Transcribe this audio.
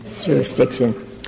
jurisdiction —